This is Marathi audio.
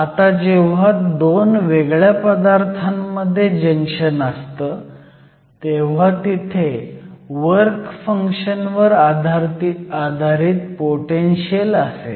आता जेव्हा 2 वेगळ्या पदार्थांमध्ये जंक्शन असतं तेव्हा तिथे वर्क फंक्शन वर आधारित पोटेनशीयल असेल